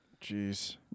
Jeez